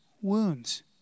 wounds